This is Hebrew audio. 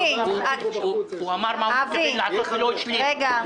להביא הצעה להקמת ועדות קבועות בפגרת